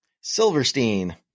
Silverstein